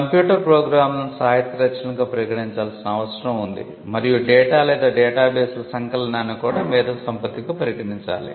computer ప్రోగ్రామ్లను సాహిత్య రచనలుగా పరిగణించాల్సిన అవసరం ఉంది మరియు డేటా లేదా డేటాబేస్ల సంకలనాన్ని కూడా మేధో సంపత్తిగా పరిగణించాలి